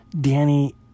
Danny